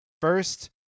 First